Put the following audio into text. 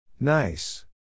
Nice